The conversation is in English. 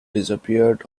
disappeared